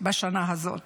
בשנה הזאת